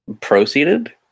Proceeded